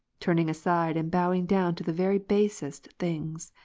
turning aside and bowing down to the very basest things.